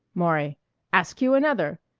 maury ask you another.